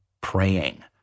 praying